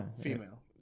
Female